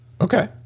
okay